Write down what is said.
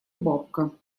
бабка